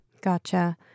Gotcha